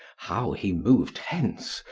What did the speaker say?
how he moved hence,